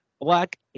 black